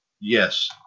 Yes